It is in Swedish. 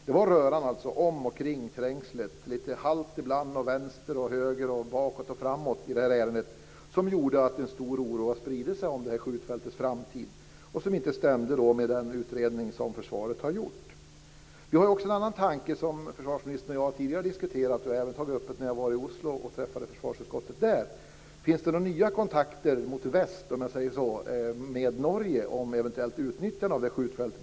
Den här röran om och kring Trängslet, lite halt ibland, vänster och höger, bakåt och framåt, gjorde att en stor oro spred sig om skjutfältets framtid som inte stämde med den utredning som försvaret har gjort. Men jag har också en annan tanke, som försvarsministern och jag har diskuterat tidigare. Jag tog även upp den när jag var i Oslo och träffade försvarsutskottet där. Finns det några nya kontakter åt väst, med Norge, om eventuellt utnyttjande av det här skjutfältet?